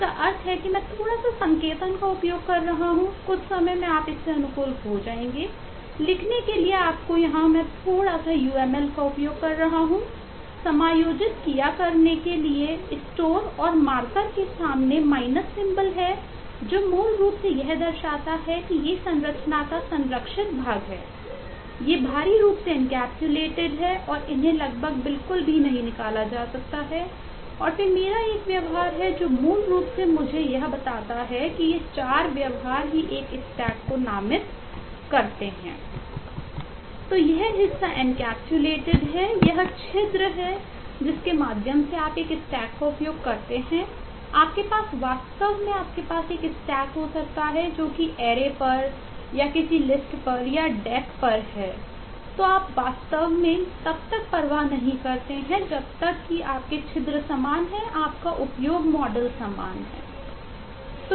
तो यह हिस्सा एनकैप्सुलेटड पर है तो आप वास्तव में तब तक परवाह नहीं करते हैं जब तक कि आपके छिद्र समान हैं आपका उपयोग मॉडल समान है